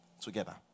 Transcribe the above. together